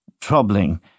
troubling